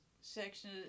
section